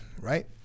right